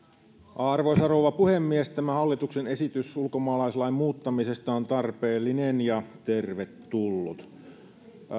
arvoisa rouva puhemies tämä hallituksen esitys ulkomaalaislain muuttamisesta on tarpeellinen ja tervetullut